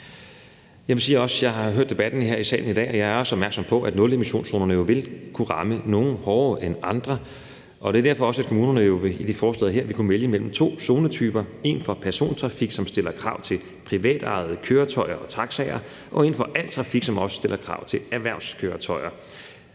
jeg har hørt debatten her i salen i dag, og at jeg jo også er opmærksom på, at nulemissionszonerne vil kunne ramme nogle hårdere end andre, og det er derfor også sådan, at kommunerne med forslaget her vil kunne vælge mellem to zonetyper, altså én zonetype for persontrafikken, som stiller krav til privatejede køretøjer og taxaer, og en anden, der omfatter al trafik, og som også stiller krav til erhvervskøretøjer.